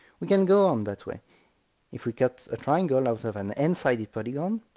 we can go on that way if we cut a triangle out of an n-sided polygon,